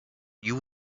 you